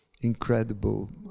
incredible